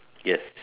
yes